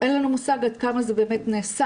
אין לנו מושג עד כמה זה באמת נעשה.